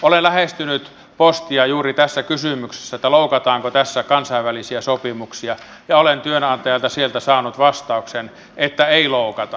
olen lähestynyt postia juuri tässä kysymyksessä että loukataanko tässä kansainvälisiä sopimuksia ja olen sieltä työnantajalta saanut vastauksen että ei loukata